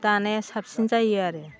दानाया साबसिन जायो आरो